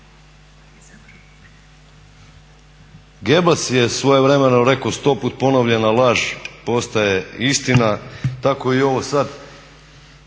je svojevremeno rekao stoput ponovljena laž postaja istina, tako i ovo sad.